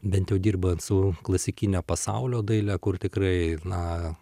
bent jau dirbant su klasikine pasaulio daile kur tikrai na